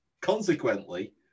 consequently